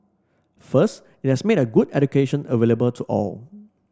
first it has made a good education available to all